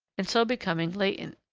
and so becoming latent.